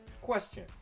Question